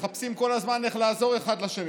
מחפשים כל הזמן איך לעזר אחד לשני.